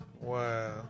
Wow